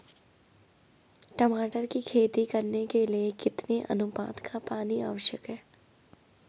टमाटर की खेती करने के लिए कितने अनुपात का पानी आवश्यक है?